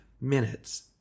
minutes